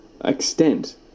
extent